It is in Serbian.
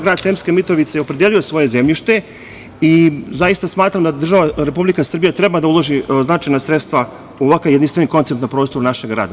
Grad Sremska Mitrovica je opredelio svoje zemljište i zaista smatram da država Republika Srbija treba da uloži značajna sredstva u ovakav jedinstveni koncept na prostoru našeg grada.